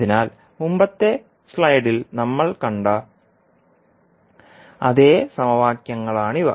അതിനാൽ മുമ്പത്തെ സ്ലൈഡിൽ നമ്മൾ കണ്ട അതേ സമവാക്യങ്ങളാണിവ